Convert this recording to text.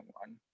one